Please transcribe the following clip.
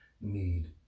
need